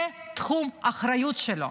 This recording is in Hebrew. זה תחום האחריות שלו,